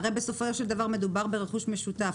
בסופו של דבר מדובר ברכוש משותף,